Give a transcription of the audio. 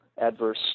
adverse